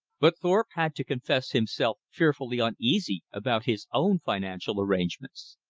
but thorpe had to confess himself fearfully uneasy about his own financial arrangements.